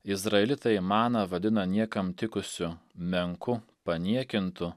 izraelitai maną vadina niekam tikusiu menku paniekintu